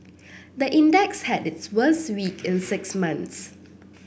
the index had its worst week in six months